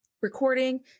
recording